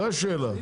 זו השאלה,